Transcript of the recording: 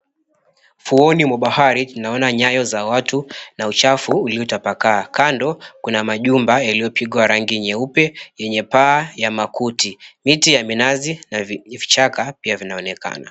Ufuoni mwa bahari naona nyayo za watu na uchafu uliotapakaa kando kuna majumba yaliopigwa rangi nyeupe yenye paa ya makuti miti ya minazi na vichaka vinaonekana.